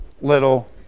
little